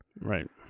right